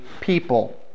people